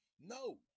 no